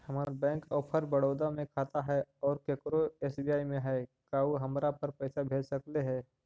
हमर bank of Baroda में खाता है और केकरो एस.बी.आई में है का उ हमरा पर पैसा भेज सकले हे?